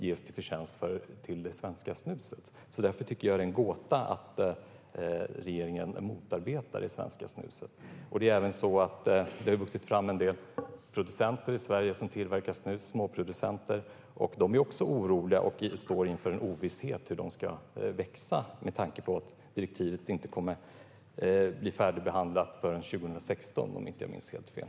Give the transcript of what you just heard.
Det är nog mycket det svenska snusets förtjänst. Därför är det en gåta att regeringen motarbetar det svenska snuset. Det har vuxit fram en del småproducenter av snus i Sverige. De är nu oroliga och står inför en ovisshet om de kan växa med tanke på att direktivet inte blir färdigbehandlat förrän 2016, om jag inte minns fel.